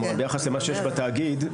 ביחס למה שיש בתאגיד,